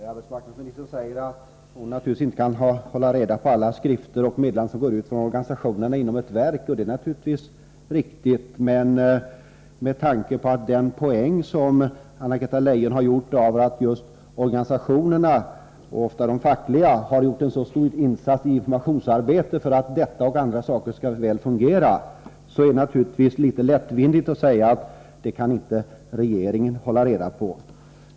Herr talman! Arbetsmarknadsministern säger att hon inte kan hålla reda på alla skrifter och meddelanden som går ut från organisationerna inom ett verk. Det är naturligtvis riktigt, men med tanke på den poäng som Anna-Greta Leijon har gjort av att organisationerna, ofta de fackliga, gör en så stor insats i informationsarbetet för att detta och andra saker skall fungera välär det litet lättvindigt att säga att det här kan inte regeringen hålla reda på.